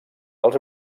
els